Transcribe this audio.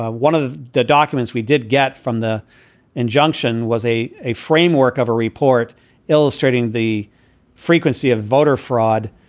ah one of the documents we did get from the injunction was a a framework of a report illustrating the frequency of voter fraud.